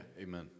amen